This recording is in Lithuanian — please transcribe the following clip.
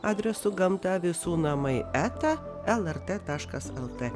adresu gamta visų namai eta lrt taškas lt